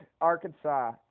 Arkansas